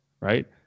right